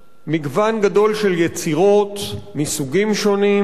מגון גדול של יצירות מסוגים שונים,